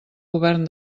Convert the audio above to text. govern